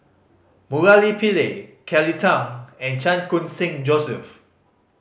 Murali Pillai Kelly Tang and Chan Khun Sing Joseph